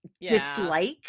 dislike